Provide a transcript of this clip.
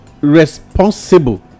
responsible